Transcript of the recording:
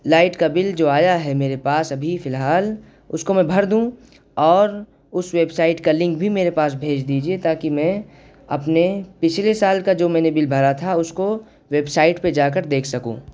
light کا bill جو آیا ہے میرے پاس ابھی فی الحال اس کو میں بھر دوں اور اس ویب سائٹ کا لنک بھی میرے پاس بھیج دیجیے تاکہ میں اپنے پچھلے سال کا جو میں نے بل بھرا تھا اس کو ویب سائٹ پہ جا کر دیکھ سکوں